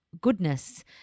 goodness